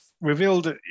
revealed